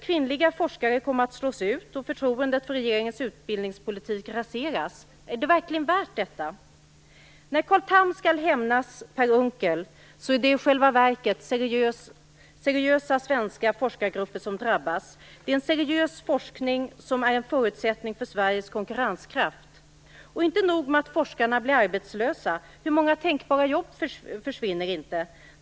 Kvinnliga forskare kommer att slås ut, och förtroendet för regeringens utbildningspolitik raseras. Är det verkligen värt detta? När Carl Tham skall hämnas Per Unckel är det i själva verket seriösa svenska forskargrupper som drabbas. En seriös forskning är en förutsättning för Sveriges konkurrenskraft. Inte nog med att forskarna blir arbetslösa: Hur många tänkbara jobb försvinner inte?